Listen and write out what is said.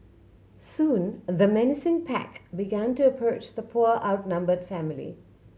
soon the menacing pack began to approach the poor outnumbered family